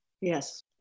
Yes